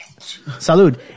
salud